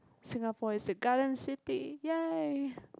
Singapore is a currency take ya